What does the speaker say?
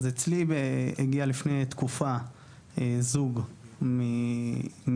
אז אצלי הגיע לפני תקופה זוג מאילת,